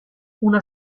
una